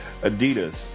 Adidas